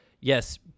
yes